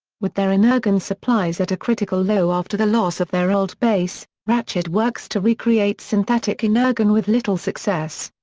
with their energon supplies at a critical low after the loss of their old base, ratchet works to recreate synthetic energon with little success.